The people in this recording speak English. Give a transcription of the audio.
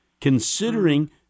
considering